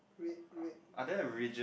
red red red